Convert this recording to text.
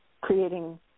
creating